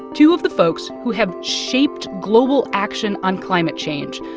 two of the folks who have shaped global action on climate change,